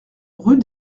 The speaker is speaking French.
rue